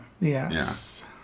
Yes